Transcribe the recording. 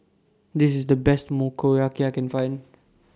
This IS The Best Motoyaki I Can Find